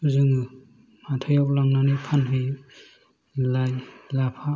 जोङो हाथायाव लांनानै फानहैयो लाइ लाफा